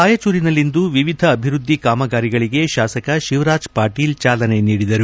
ರಾಯಚೂರಿನಲ್ಲಿಂದು ವಿವಿಧ ಅಭಿವೃದ್ದಿ ಕಾಮಗಾರಿಗಳಿಗೆ ಶಾಸಕ ಶಿವರಾಜ್ ಪಾಟೀಲ್ ಚಾಲನೆ ನೀಡಿದರು